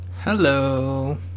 Hello